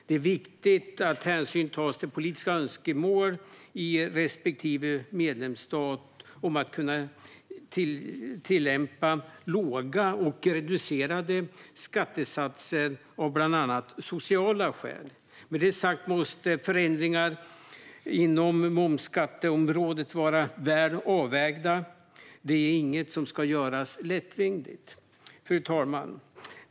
Det är viktigt att hänsyn tas till politiska önskemål i respektive medlemsstat om att kunna tillämpa låga och reducerade skattesatser av bland annat sociala skäl. Med detta sagt måste förändringar på mervärdesskatteområdet vara väl avvägda. Det är inget som ska göras lättvindigt. Fru talman!